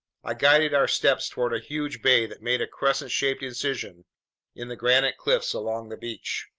i guided our steps toward a huge bay that made a crescent-shaped incision in the granite cliffs along the beach.